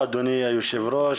היושב-ראש.